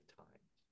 times